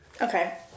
Okay